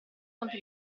ponte